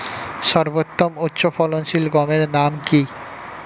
সর্বতম উচ্চ ফলনশীল গমের নাম কি?